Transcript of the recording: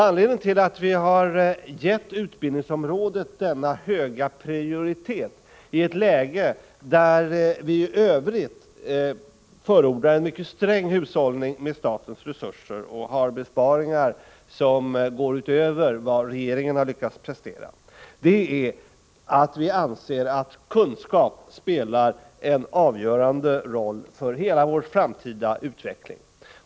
Anledningen till att vi gett utbildningsområdet denna höga prioritet, i ett läge där vi i övrigt förordar mycket sträng hushållning med statens resurser och föreslår besparingar som går utöver regeringens, är att vi anser att kunskap spelar en avgörande roll för hela vår framtida utveckling.